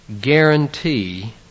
guarantee